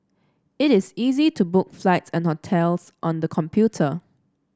it is easy to book flights and hotels on the computer